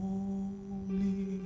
Holy